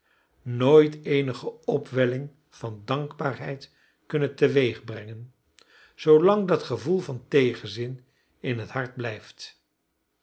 nooit eenige opwelling van dankbaarheid kunnen teweegbrengen zoolang dat gevoel van tegenzin in het hart blijft